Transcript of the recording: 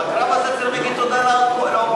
בקרב הזה צריך להגיד תודה לאופוזיציה.